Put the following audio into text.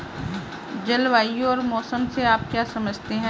जलवायु और मौसम से आप क्या समझते हैं?